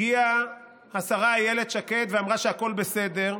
הגיעה השרה אילת שקד ואמרה שהכול בסדר.